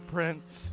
Prince